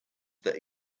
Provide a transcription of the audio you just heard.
that